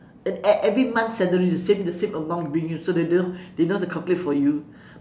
e~ every month salary the same the same amount bring you so they know they know how to calculate for you